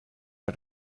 are